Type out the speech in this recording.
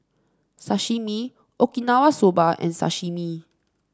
Sashimi Okinawa Soba and Sashimi